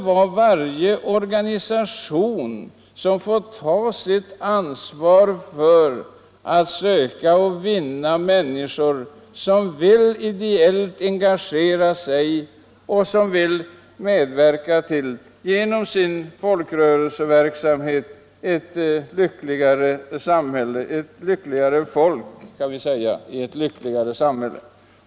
Varje organisation måste ta sitt eget ansvar och vinna människor som vill ideellt engagera sig och genom sin folkrörelseverksamhet medverka till ett lyckligare folk i ett lyckligare samhälle.